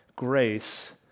grace